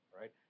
right